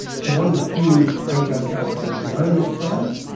so one of the few programs out there is your own on science,